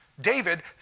David